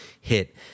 hit